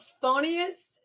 funniest